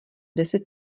deset